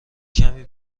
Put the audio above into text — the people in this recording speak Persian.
کمی